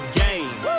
game